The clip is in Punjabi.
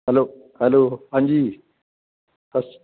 ਹੈਲੋ ਹੈਲੋ ਹਾਂਜੀ ਸਸ